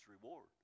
reward